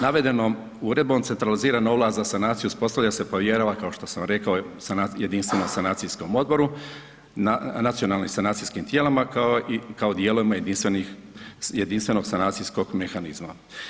Navedenom uredbom centralizirana ovlast za sanaciju uspostavlja se, povjerava, kao što sam rekao Jedinstvenom sanacijskom odboru, nacionalnim sanacijskim tijelima, kao i dijelovima jedinstvenih, Jedinstvenog sanacijskog mehanizma.